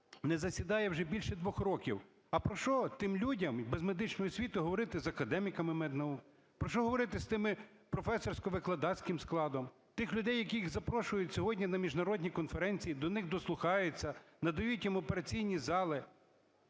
не засідає вже більше двох років. А про що тим людям, без медичної освіти, говорити з академіками меднаук? Про що говорити тим з професорсько-викладацьким складом тих людей, яких запрошують сьогодні на міжнародні конференції, до них дослухаються, надають їм операційні зали?